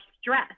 stress